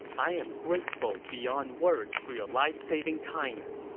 i am grateful beyond words for your life-saving kindness.